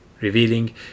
revealing